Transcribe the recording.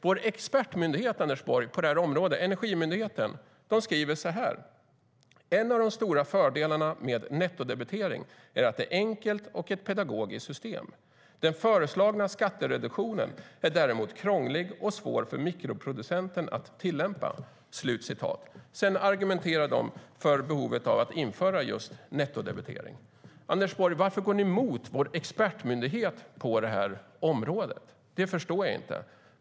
Vår expertmyndighet på detta område, Energimyndigheten, skriver så här: "En av de stora fördelarna med nettodebitering är att det är ett enkelt och pedagogiskt system. Den föreslagna skattereduktionen är däremot krånglig och svår för mikroproducenten att tillämpa." Sedan argumenterar de för behovet av att införa just nettodebitering. Varför går ni emot vår expertmyndighet på området, Anders Borg? Det förstår jag inte.